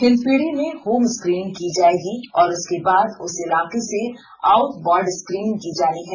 हिंदपीढ़ी में home screening की जाएगी और उसके बाद उस इलाके से आउटवार्ड स्क्रीनिंग की जानी है